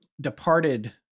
departed